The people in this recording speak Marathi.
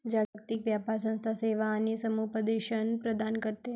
जागतिक व्यापार संस्था सेवा आणि समुपदेशन प्रदान करते